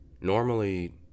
Normally